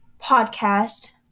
podcast